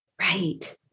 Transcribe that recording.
right